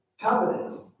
Covenant